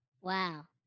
wow